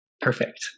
Perfect